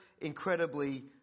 incredibly